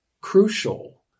crucial